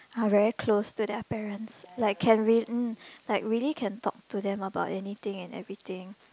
are very close to their parents like can real~ mm like really can talk to them about anything and everything